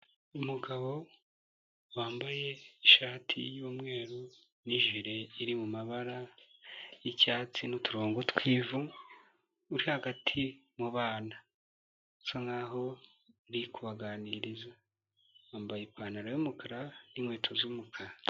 Umugabo wambaye ishati y'umweru n'ijire mu mabara y'icyatsi n'uturongo tw'ivu, uri hagati mu bana usa nk'aho ari kubaganiriza yambaye ipantaro y'umukara n'inkweto z'umukara.